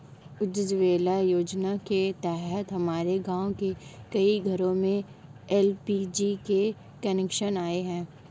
उज्ज्वला योजना के तहत हमारे गाँव के कई घरों में एल.पी.जी के कनेक्शन आए हैं